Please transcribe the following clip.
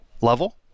level